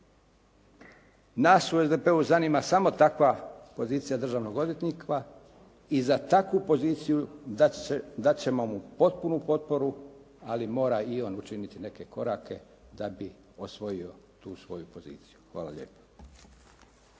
Nas u SDP-u zanima samo takva pozicija državnog odvjetnika i za takvu poziciju dati ćemo mu potpunu potporu, ali mora i on učiniti neke korake da bi osvojio tu svoju poziciju. Hvala lijepo.